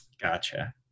Gotcha